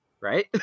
right